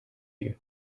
you